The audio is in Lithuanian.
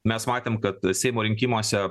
mes matėm kad seimo rinkimuose